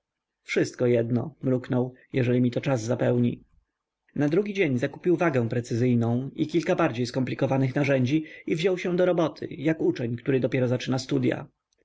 wszystko jedno mruknął jeżeli mi to czas zapełni na drugi dzień zakupił wagę precyzyjną i kilka bardziej skomplikowanych narzędzi i wziął się do roboty jak uczeń który dopiero zaczyna studya